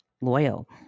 loyal